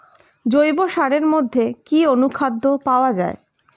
জৈব সারের মধ্যে কি অনুখাদ্য পাওয়া যায়?